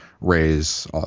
raise